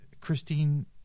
Christine